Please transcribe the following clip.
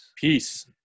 Peace